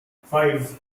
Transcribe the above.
five